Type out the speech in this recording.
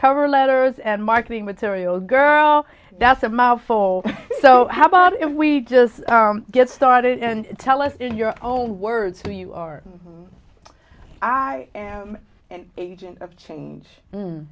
cover letters and marketing material girl that's a mouthful so how about if we just get started and tell us in your own words who you are i am and agent of change